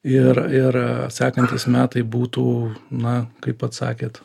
ir ir sekantys metai būtų na kaip pats sakėt